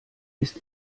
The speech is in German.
ist